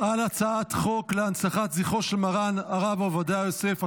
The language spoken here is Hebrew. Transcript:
בקריאה ראשונה על הצעת החוק להנצחת זכרו של מרן הרב עובדיה יוסף,